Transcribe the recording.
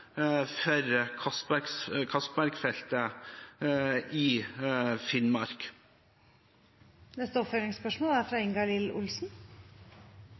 for Castberg-feltet i Finnmark. Det blir oppfølgingsspørsmål – først Ingalill Olsen.